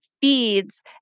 feeds